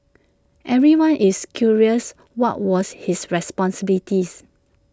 everyone is curious what was his responsibilities